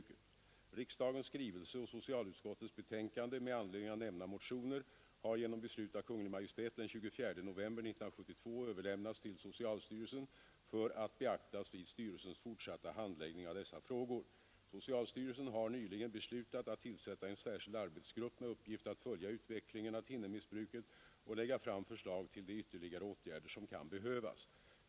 Riksdagens skrivelse nr 253 år 1972 och socialutskottets betänkande nr 33 år 1972 med anledning av nämnda motioner har genom beslut av Kungl. Maj:t den 24 november 1972 överlämnats till socialstyrelsen för att beaktas vid styrelsens fortsatta handläggning av dessa frågor. Socialstyrelsen har nyligen beslutat att tillsätta en särskild arbetsgrupp med uppgift att följa utvecklingen av thinnermissbruket och lägga fram förslag till de ytterligare åtgärder som kan behövas.